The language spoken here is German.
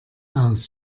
aus